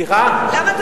סליחה?